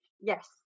Yes